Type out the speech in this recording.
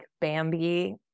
Bambi